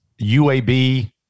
UAB